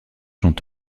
sont